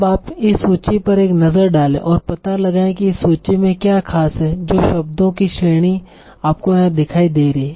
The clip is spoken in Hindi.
अब आप इस सूची पर एक नज़र डाले और पता लगाए कि इस सूची में क्या खास है जो शब्दों की श्रेणी आपको यहाँ दिखाई दे रही है